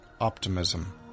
optimism